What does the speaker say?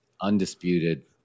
undisputed